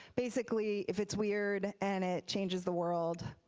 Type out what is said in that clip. basically if it's weird and it changes the world,